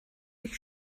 sich